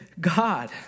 God